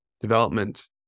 development